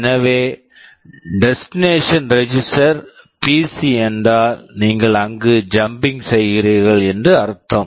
எனவே destination register destination register PC PC என்றால் நீங்கள் அங்கு ஜம்பிங் jumping செய்கிறீர்கள் என்று அர்த்தம்